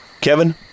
Kevin